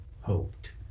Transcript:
hoped